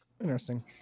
Interesting